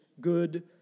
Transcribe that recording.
good